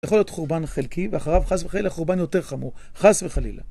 יכול להיות חורבן חלקי ואחריו חס וחלילה חורבן יותר חמור, חס וחלילה.